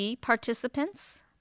participants